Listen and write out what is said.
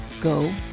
go